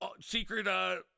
secret